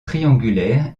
triangulaire